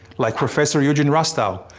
like, professor eugene rostow,